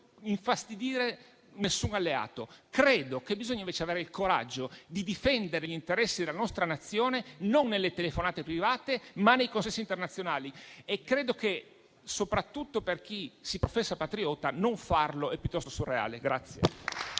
infastidire nessun alleato. Credo che si debba invece avere il coraggio di difendere gli interessi della nostra Nazione non nelle telefonate private, ma nei consessi internazionali. E credo che, soprattutto per chi si professa patriota, non farlo sia piuttosto surreale.